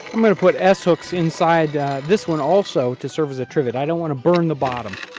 i'm going to put s hooks inside this one also to serve as a trivet. i don't want to burn the bottom.